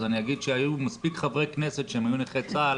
אז אני אגיד שהיו מספיק חברי כנסת שהם היו נכי צה"ל